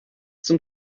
zum